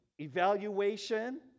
evaluation